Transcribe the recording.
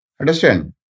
understand